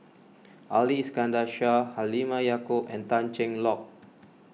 Ali Iskandar Shah Halimah Yacob and Tan Cheng Lock